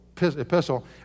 epistle